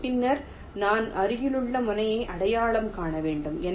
பின்னர் நான் அருகிலுள்ள முனையை அடையாளம் காண முடியும்